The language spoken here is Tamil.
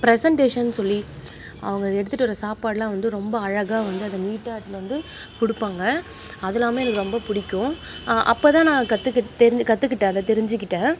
ப்ரசெண்ட்டேஷன் சொல்லி அவங்க அது எடுத்துகிட்டு எடுத்துகிட்டு வர சாப்பாட்டெல்லாம் வந்து ரொம்ப அழகாக வந்து அதை நீட்டாக எடுத்துகிட்டு வந்து கொடுப்பாங்க அதெல்லாமே எனக்கு ரொம்ப பிடிக்கும் அப்போதான் நான் கற்றுக்கிட்டு தெரிஞ்சு கற்றுக்கிட்டேன் அதை தெரிஞ்சுக்கிட்டேன்